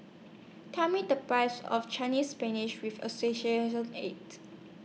Tell Me The Price of Chinese Spinach with Associate ate